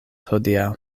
hodiaŭ